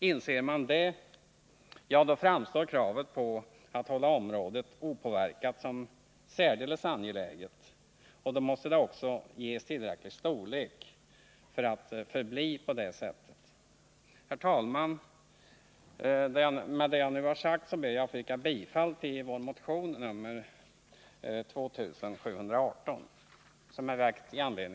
Inser man det, då framstår kravet på att hålla området opåverkat som särdeles angeläget, och då måste det också ges tillräcklig storlek. A Herr talman! Med det jag nu anfört ber jag att få yrka bifall till vår motion 2718.